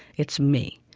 it's me.